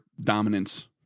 dominance